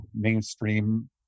mainstream